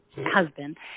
husband